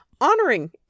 honoring